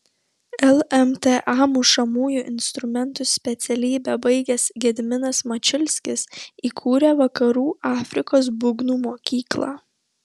lmta mušamųjų instrumentų specialybę baigęs gediminas mačiulskis įkūrė vakarų afrikos būgnų mokyklą